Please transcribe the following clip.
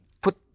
put